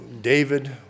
David